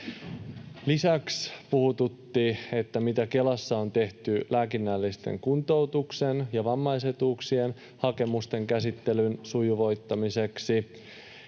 Lisäksi puhututti, mitä Kelassa on tehty lääkinnällisen kuntoutuksen ja vammaisetuuksien hakemusten käsittelyn sujuvoittamiseksi.